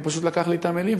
הוא פשוט לקח לי את המילים,